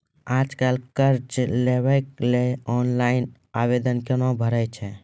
आज कल कर्ज लेवाक लेल ऑनलाइन आवेदन कूना भरै छै?